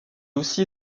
aussi